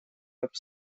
веб